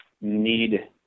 need